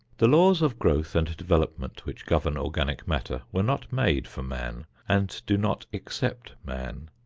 the laws of growth and development which govern organic matter were not made for man and do not except man.